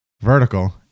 vertical